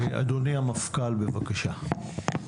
אדוני המפכ"ל, בבקשה.